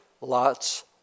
Lot's